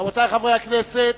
רבותי חברי הכנסת,